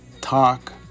talk